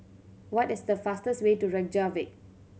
what is the fastest way to Reykjavik